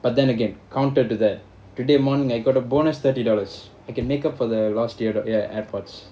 but then again counter to that today morning I got a bonus thirty dollars I can make up for the lost ear~ ye~ airpords